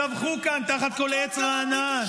צווחו כאן תחת כל עץ רענן.